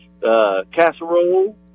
casserole